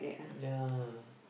ya